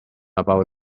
about